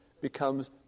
becomes